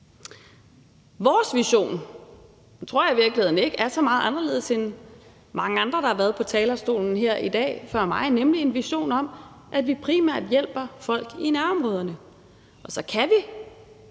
Vores vision tror jeg i virkeligheden ikke er så meget anderledes end for mange af de andre, der har været på talerstolen i dag før mig, nemlig en vision om, at vi primært hjælper folk i nærområderne. Og så kan vi